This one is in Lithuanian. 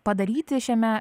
padaryti šiame